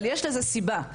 אבל יש לזה סיבות.